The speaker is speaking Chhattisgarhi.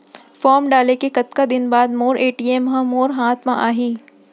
फॉर्म डाले के कतका दिन बाद मोर ए.टी.एम ह मोर हाथ म आही?